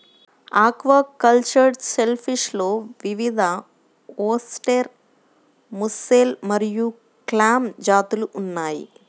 aquacultured షెల్ఫిష్లో వివిధఓస్టెర్, mussel మరియు క్లామ్ జాతులు ఉన్నాయి